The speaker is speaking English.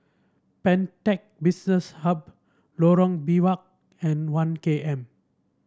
Pantech Business Hub Lorong Biawak and One K M